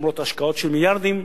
למרות השקעות של מיליארדים,